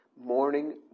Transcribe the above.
morning